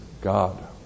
God